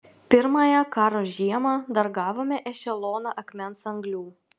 pirmąją karo žiemą dar gavome ešeloną akmens anglių